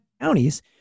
counties